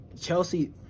Chelsea